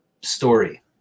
story